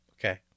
okay